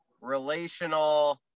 relational